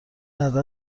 عدد